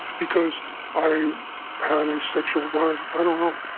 because i had a sexual vibe. i don't know